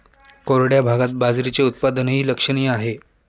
कोरड्या भागात बाजरीचे उत्पादनही लक्षणीय आहे